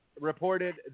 reported